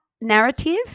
narrative